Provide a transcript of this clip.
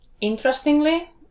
Interestingly